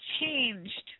changed